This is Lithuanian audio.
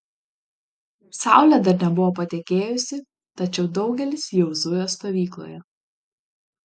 saulė dar nebuvo patekėjusi tačiau daugelis jau zujo stovykloje